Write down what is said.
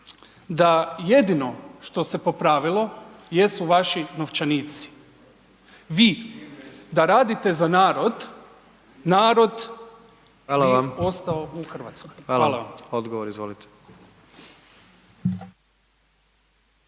da jedino što se popravilo jesu vaši novčanici. Vi da radite za narod, narod bi ostao u Hrvatskoj. Hvala. **Jandroković,